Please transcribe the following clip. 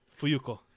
Fuyuko